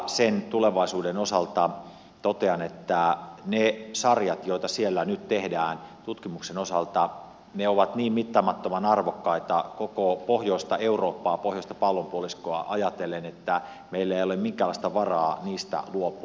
sen tulevaisuuden osalta totean että ne sarjat joita siellä nyt tehdään tutkimuksen osalta ovat niin mittaamattoman arvokkaita koko pohjoista eurooppaa pohjoista pallonpuoliskoa ajatellen että meillä ei ole minkäänlaista varaa niistä luopua